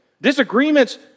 Disagreements